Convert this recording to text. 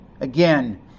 Again